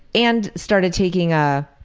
and started taking ah